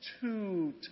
two